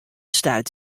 stuit